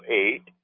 eight